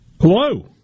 Hello